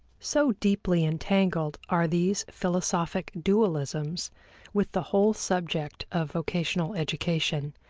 so deeply entangled are these philosophic dualisms with the whole subject of vocational education,